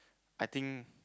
I think